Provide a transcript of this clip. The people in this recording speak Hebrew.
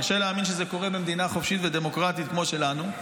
קשה להאמין שזה קורה במדינה חופשית ודמוקרטית כמו שלנו.